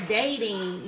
dating